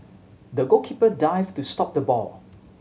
the goalkeeper dived to stop the ball